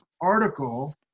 article